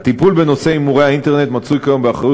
הטיפול בנושא הימורי האינטרנט מצוי כיום באחריות